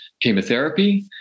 chemotherapy